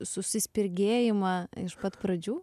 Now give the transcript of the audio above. susispirgėjimą iš pat pradžių